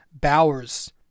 Bowers